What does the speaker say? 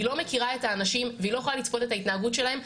היא לא מכירה את האנשים והיא לא יכולה לצפות את ההתנהגות שלהם,